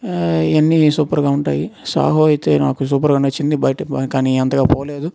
ఇవన్నీ సూపర్గా ఉంటాయి సాహో అయితే నాకు సూపర్గా నచ్చింది బయట కానీ అంతగా పోలేదు